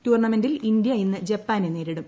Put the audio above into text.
ടൂർണമെന്റിൽ ഇന്ത്യ ഇന്ന് ജപ്പാനെ നേരിടും